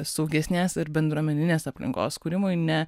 saugesnės ir bendruomeninės aplinkos kūrimui ne